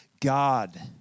God